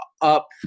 up